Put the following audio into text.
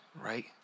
right